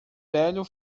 velho